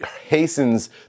hastens